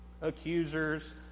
accusers